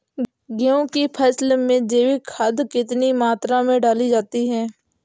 गेहूँ की फसल में जैविक खाद कितनी मात्रा में डाली जाती है?